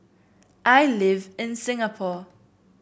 I live in Singapore